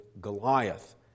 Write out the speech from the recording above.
Goliath